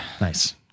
nice